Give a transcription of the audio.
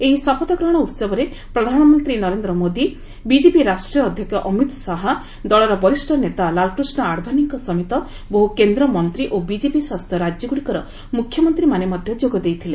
ଏହି ଶପଥଗ୍ରହଣ ଉତ୍ସବରେ ପ୍ରଧାନମନ୍ତ୍ରୀ ନରେନ୍ଦ୍ର ମୋଦି ବିଚ୍ଚେପି ରାଷ୍ଟ୍ରୀୟ ଅଧ୍ୟକ୍ଷ ଅମିତ ଶାହା ଦଳର ବରିଷ୍ଠ ନେତା ଲାଲକୃଷ୍ଣ ଆଡଭାନୀଙ୍କ ସମେତ ବହୁ କେନ୍ଦ୍ର ମନ୍ତ୍ରୀ ଓ ବିଜେପି ଶାସିତ ରାଜ୍ୟ ଗୁଡ଼ିକର ମୁଖ୍ୟମନ୍ତ୍ରୀମାନେ ମଧ୍ୟ ଯୋଗ ଦେଇଥିଲେ